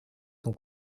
son